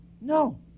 No